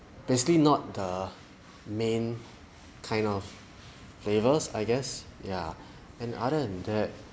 basically not the main kind of flavours I guess yeah and other than that